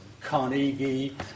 Carnegie